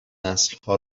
نسلها